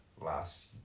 last